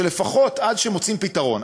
לפחות עד שמוצאים פתרון,